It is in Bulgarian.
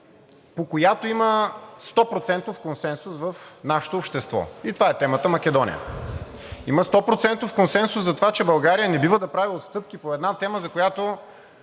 по която има стопроцентов консенсус в нашето общество, и това е темата „Македония“. Има стопроцентов консенсус за това, че България не бива да прави отстъпки по една тема, за която